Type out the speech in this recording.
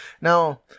Now